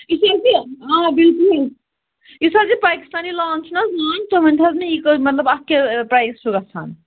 آ بِلکُل حظ یُس حظ یہٕ پٲکِستانی لان چھُنہٕ حظ لان تُہۍ ؤنۍتَو حظ مےٚ یہِ کٔہۍ مَطلب اَتھ کیٛاہ آ پرٛایِز چھُ گَژھان